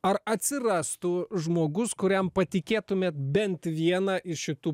ar atsirastų žmogus kuriam patikėtumėt bent vieną iš šitų